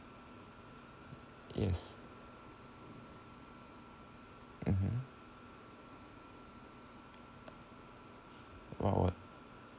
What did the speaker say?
yes mmhmm what would